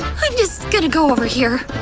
i'm just gonna go over here.